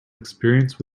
experience